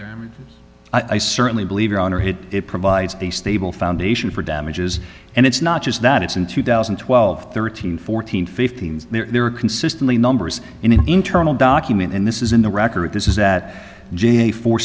level i certainly believe your honor hit it provides a stable foundation for damages and it's not just that it's in two thousand and twelve thirteen fourteen fifteen there are consistently numbers in an internal document and this is in the record this is that j a four